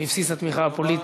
בבסיס התמיכה הפוליטית.